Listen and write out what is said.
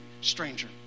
stranger